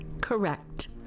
Correct